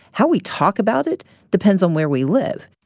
how we talk about it depends on where we live